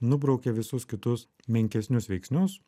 nubraukia visus kitus menkesnius veiksnius